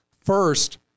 First